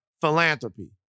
philanthropy